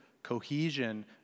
cohesion